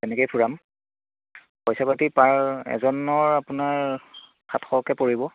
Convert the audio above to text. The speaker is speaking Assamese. তেনেকৈয়ে ফুৰাম পইচা পাতি পাৰ এজনৰ আপোনাৰ সাতশকৈ পৰিব